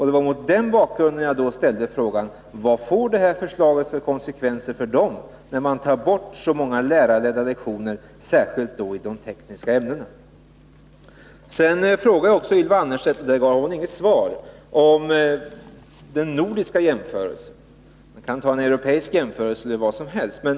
Det var mot den bakgrunden som jag frågade vilka konsekvenserna blir för flickorna, när så många lärarledda lektioner tas bort, särskilt beträffande de tekniska ämnena. På min fråga om den tekniska utbildningen i Sverige jämfört med motsvarande utbildning i övriga nordiska länder fick jag inget svar från Ylva Annerstedt. Jag kunde också ha frågat hur den utbildningen ser ut i Europa i övrigt.